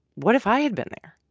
what if i had been there?